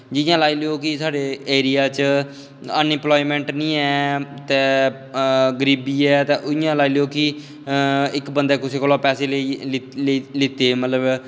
जि'यां लाई लैओ कि साढ़े एरिया च अनइंप्लाईमैंट निं ऐ ते गरीबी ऐ ते इ'यां लाई लैओ कि इक बंदै कुसै कोला दा पैसे लैत्ते मतलब